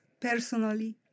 personally